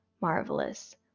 marvelous